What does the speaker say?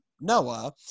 Noah